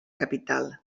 capital